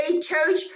church